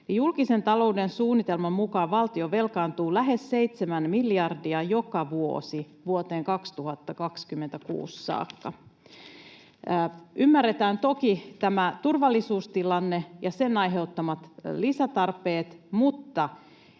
Julkisen talouden suunnitelman mukaan valtio velkaantuu lähes seitsemän miljardia joka vuosi vuoteen 2026 saakka. Ymmärretään toki tämä turvallisuustilanne ja sen aiheuttamat lisätarpeet, mutta